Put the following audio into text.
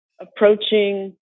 approaching